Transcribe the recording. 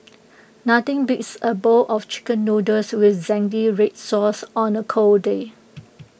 nothing beats A bowl of Chicken Noodles with Zingy Red Sauce on A cold day